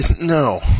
no